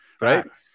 Right